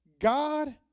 god